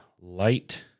light